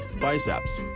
biceps